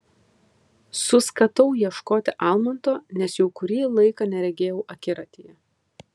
suskatau ieškoti almanto nes jau kurį laiką neregėjau akiratyje